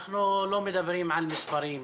אנחנו לא מדברים על מספרים,